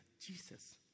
Jesus